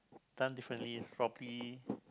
done differently probably